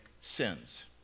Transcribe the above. sins